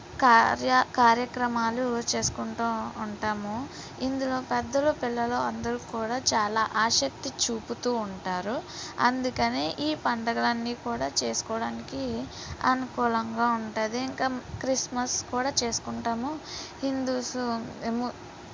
కార్య కార్యక్రమాలు చేసుకుంటూ ఉంటాము ఇందులో పెద్దలు పిల్లలు అందరూ కూడా చాలా ఆసక్తి చూపుతూ ఉంటారు అందుకనే ఈ పండగలన్నీ కూడా చేసుకోవడానికి అనుకూలంగా ఉంటుంది ఇంకా క్రిస్మస్ కూడా చేసుకుంటాము హిందువుసు